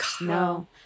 No